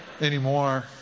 anymore